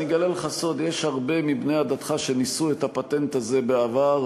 אני אגלה לך סוד: יש הרבה מבני עדתך שניסו את הפטנט הזה בעבר.